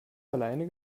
alleine